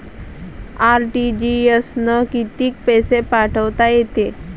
RTGS न कितीक पैसे पाठवता येते?